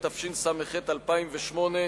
התשס"ח 2008,